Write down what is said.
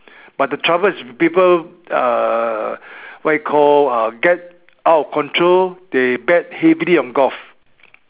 but the trouble is people uh what you call get out of control they bet heavily on golf